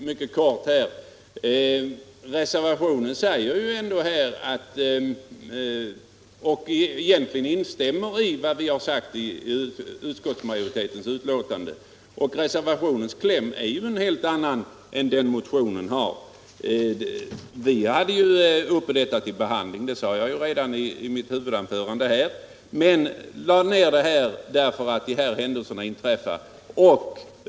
Fru talman! Mycket kort: Reservanterna instämmer egentligen i vad utskottsmajoriteten har sagt, och reservationens kläm är ju en helt annan än motionens. Vi hade ju frågan uppe till behandling — det sade jag redan i mitt huvudanförande — men lade ner den därför att de här händelserna inträffade.